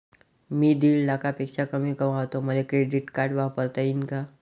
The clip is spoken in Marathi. मी दीड लाखापेक्षा कमी कमवतो, मले क्रेडिट कार्ड वापरता येईन का?